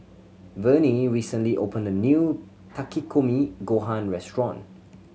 Vernie recently opened a new Takikomi Gohan Restaurant